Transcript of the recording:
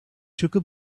chukka